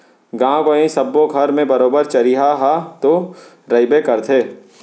गॉंव गँवई सब्बो घर म बरोबर चरिहा ह तो रइबे करथे